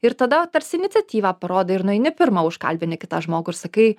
ir tada tarsi iniciatyvą parodai ir nueini pirma užkalbinti kitą žmogų ir sakai